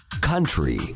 Country